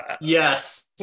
Yes